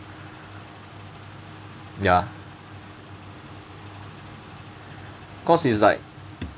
ya cause it's like